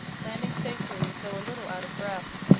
landing safely though a little out of breath.